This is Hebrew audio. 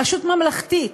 רשות ממלכתית,